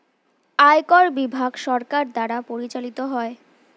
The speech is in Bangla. আয়কর বিভাগ সরকার দ্বারা পরিচালিত হয়